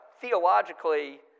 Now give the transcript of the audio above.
theologically